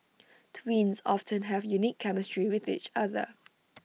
twins often have unique chemistry with each other